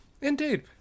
Indeed